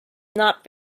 not